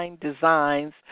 designs